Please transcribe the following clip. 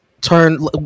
turn